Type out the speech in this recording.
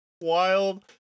wild